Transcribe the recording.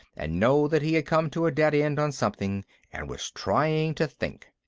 and know that he had come to a dead end on something and was trying to think.